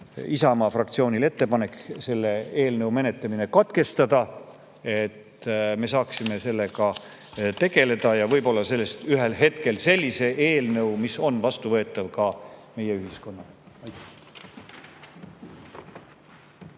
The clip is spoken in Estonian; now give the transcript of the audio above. Isamaa fraktsioonil ettepanek selle eelnõu menetlemine katkestada, et me saaksime sellega tegeleda ja võib-olla ühel hetkel [jõuda] sellise eelnõuni, mis on vastuvõetav ka meie ühiskonnas.